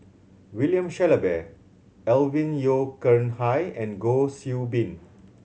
William Shellabear Alvin Yeo Khirn Hai and Goh Xiu Bin